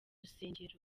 rusengero